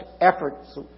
efforts